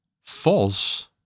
false